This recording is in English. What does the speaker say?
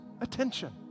attention